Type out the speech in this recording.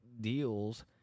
deals